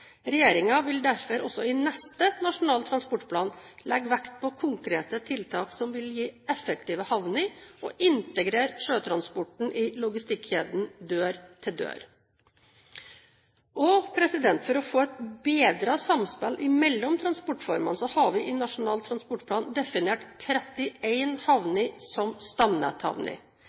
vil derfor også i neste Nasjonal transportplan legge vekt på konkrete tiltak som vil gi effektive havner og integrere sjøtransporten i logistikkjeden dør-til-dør. For å få et bedre samspill mellom transportformene har vi i Nasjonal transportplan definert 31 havner som